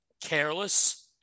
careless